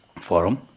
forum